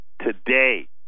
Today